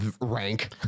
rank